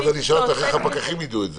כי אז אשאל אותך איך הפקחים יידעו את זה.